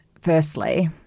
firstly